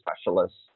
specialists